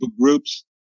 groups